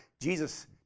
Jesus